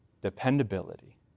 dependability